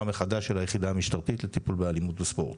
מחדש של היחידה המשטרתית לטיפול באלימות בספורט.